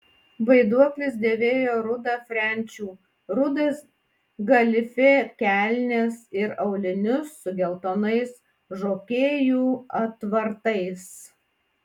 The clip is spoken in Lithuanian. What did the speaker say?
vaiduoklis dėvėjo rudą frenčių rudas galifė kelnes ir aulinius su geltonais žokėjų atvartais